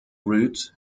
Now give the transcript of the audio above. roots